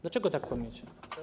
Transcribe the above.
Dlaczego tak kłamiecie?